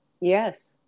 Yes